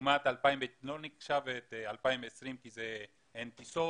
לעומת 2020 לא נחשבת כי אין טיסות,